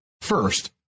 first